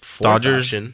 Dodgers